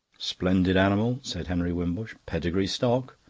splendid animal, said henry wimbush. pedigree stock.